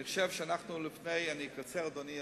אקצר, אדוני.